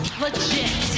legit